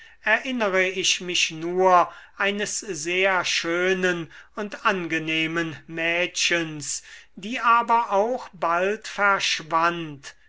erinnere ich mich nur eines sehr schönen und angenehmen mädchens die aber auch bald verschwand